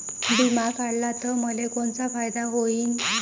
बिमा काढला त मले कोनचा फायदा होईन?